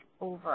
over